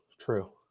true